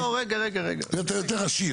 אתה יותר עשיר.